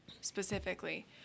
specifically